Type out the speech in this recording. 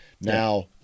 Now